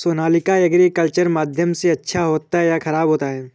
Sonalika agriculture माध्यम से अच्छा होता है या ख़राब होता है?